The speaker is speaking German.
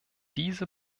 diese